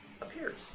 appears